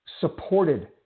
supported